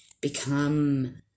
become